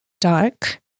dark